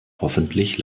hoffentlich